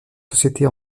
sociétés